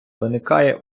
виникає